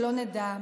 שלא נדע,